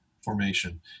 Formation